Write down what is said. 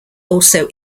also